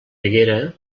haguera